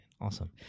Awesome